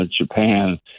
Japan